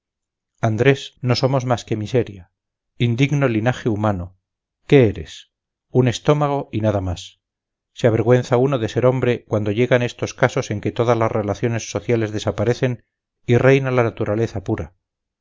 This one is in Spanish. andrés no somos más que miseria indigno linaje humano qué eres un estómago y nada más se avergüenza uno de ser hombre cuando llegan estos casos en que todas las relaciones sociales desaparecen y reina la naturaleza pura